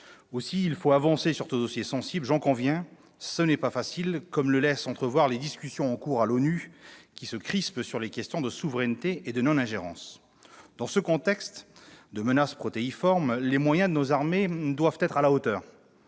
Aussi, il faut avancer sur ce dossier sensible. J'en conviens, ce n'est pas facile, comme le laissent entrevoir les discussions en cours à l'ONU, qui se crispent sur les questions de souveraineté et de non-ingérence. Dans ce contexte de menaces protéiformes, les moyens de nos armées doivent être à la hauteur.